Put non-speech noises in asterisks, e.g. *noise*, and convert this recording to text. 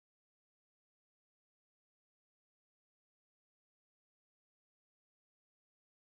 *unintelligible*